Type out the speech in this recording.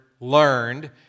learned